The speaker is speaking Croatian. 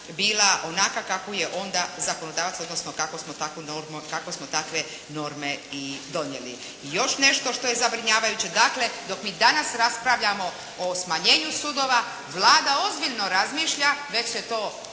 bila onakva kakvu je onda zakonodavac, odnosno kako smo takve norme i donijeli. I još nešto što je zabrinjavajuće. Dakle, dok mi danas raspravljamo o smanjenju sudova Vlada ozbiljno razmišlja. Već se to